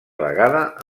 vegada